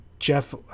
Jeff